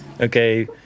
Okay